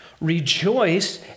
rejoice